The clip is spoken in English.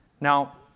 Now